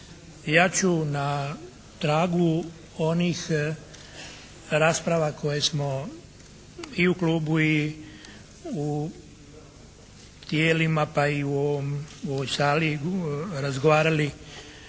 Ja ću na tragu onih rasprava koje smo i u Klubu i u tijelima pa i u ovom, ovoj sali razgovarali